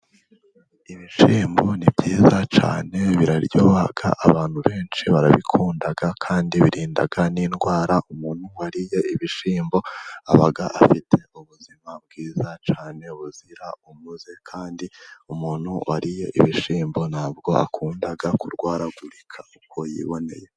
Ibishyimbo ni byiza cyane biraryoha, abantu benshi barabikunda, kandi birinda n'indwara, umuntu wariye ibishyimbo aba afite ubuzima bwiza cyane buzira umuze, kandi umuntu wariye ibishyimbo ntabwo akunda kurwaragurika uko yiboneye.